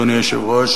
אדוני היושב-ראש,